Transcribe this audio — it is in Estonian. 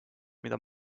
mida